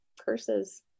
curses